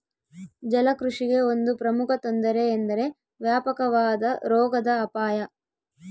ಜಲಕೃಷಿಗೆ ಒಂದು ಪ್ರಮುಖ ತೊಂದರೆ ಎಂದರೆ ವ್ಯಾಪಕವಾದ ರೋಗದ ಅಪಾಯ